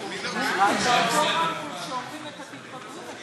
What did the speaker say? בינואר ועדות הערר יצאו בפיילוט,